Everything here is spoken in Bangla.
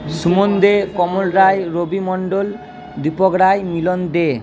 সুমন দে কমল রায় রবি মন্ডল দীপক রায় মিলন দে